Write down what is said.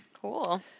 Cool